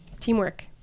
teamwork